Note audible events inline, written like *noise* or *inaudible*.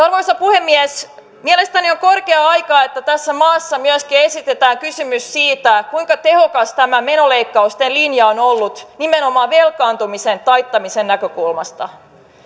*unintelligible* arvoisa puhemies mielestäni on korkea aika että tässä maassa myöskin esitetään kysymys siitä kuinka tehokas tämä menoleikkausten linja on ollut nimenomaan velkaantumisen taittamisen näkökulmasta